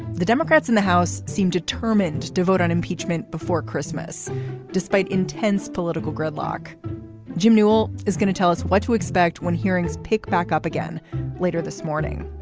the democrats in the house seemed determined to vote on impeachment before christmas despite intense political gridlock jim newell is gonna tell us what to expect when hearings pick back up again later this morning.